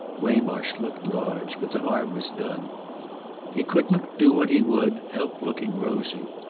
waymarsh looked large, but the harm was done he couldn't, do what he would, help looking rosy.